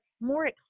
more